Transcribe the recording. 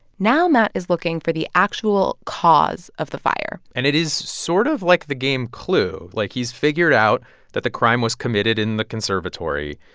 now matt is looking for the actual cause of the fire and it is sort of like the game clue. like, he's figured out that the crime was committed in the conservatory.